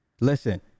Listen